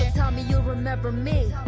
tell me you'll remember me